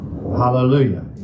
Hallelujah